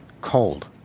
cold